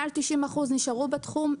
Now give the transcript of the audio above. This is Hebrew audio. מעל 90% נשארו בתחום,